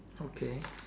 okay